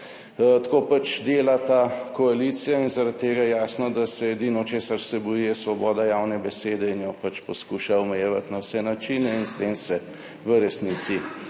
Tako pač dela ta koalicija in zaradi tega je jasno, da se edino, česar se boji, je svoboda javne besede in jo pač poskuša omejevati na vse načine in s tem se v resnici